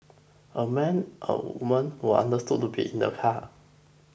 a man a woman were understood to be in the car